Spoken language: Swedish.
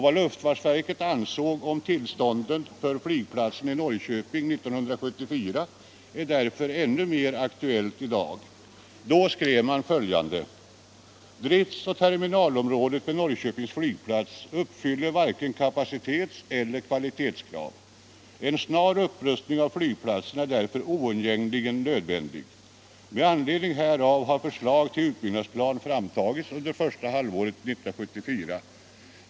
Vad luftfartsverket år 1974 ansåg om tillståndet för flygplatsen i Norrköping är därför ännu mera aktuellt i dag. Då skrev man följande: ”Driftsoch terminalområdet vid Norrköpings flygplats uppfyller varken kapacitetseller kvalitetskrav. En snar upprustning av flygplatsen är därför oundgängligen nödvändig. Med anledning härav har förslag till utbyggnadsplan framtagits under första halvåret 1974.